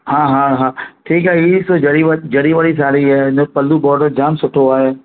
हा हा हा ठीकु आहे ई हिकु जरी वरी जरी वारी साड़ी ऐं हिन जो पलु बॉडर जाम सुठो आहे